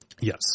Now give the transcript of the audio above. Yes